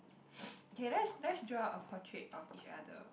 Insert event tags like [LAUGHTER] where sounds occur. [NOISE] okay let's let's draw a portrait of each other